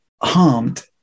harmed